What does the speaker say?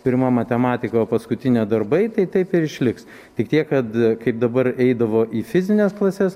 pirma matematika o paskutinė darbai tai taip ir išliks tik tiek kad kaip dabar eidavo į fizines klases